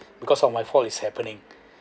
because of my fault is happening